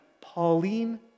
Pauline